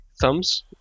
thumbs